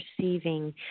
receiving